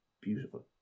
beautiful